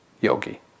yogi